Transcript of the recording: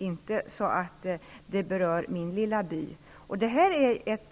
Det får alltså inte beröra den egna lilla byn. Detta är ett